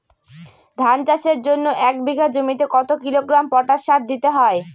ধান চাষের জন্য এক বিঘা জমিতে কতো কিলোগ্রাম পটাশ সার দিতে হয়?